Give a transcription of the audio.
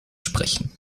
sprechen